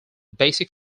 basic